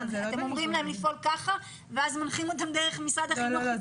אתם אומרים להם לפעול כך ואז מנחים אותם דרך משרד החינוך.